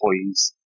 employees